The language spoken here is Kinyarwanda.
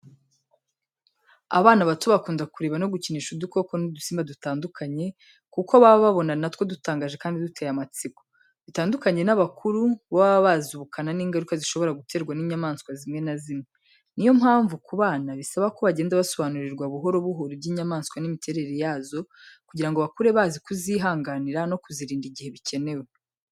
Abana bato bakunda kureba no gukinisha udukoko n’udusimba dutandukanye kuko babona natwo dutangaje kandi duteye amatsiko. Bitandukanye n’abakuru, bo baba bazi ubukana n’ingaruka zishobora guterwa n’inyamaswa zimwe na zimwe. Ni yo mpamvu ku bana, bisaba ko bagenda basobanurirwa buhoro buhoro iby’inyamaswa n’imiterere yazo, kugira ngo bakure bazi kuzihanganira no kuzirinda igihe bikenewe.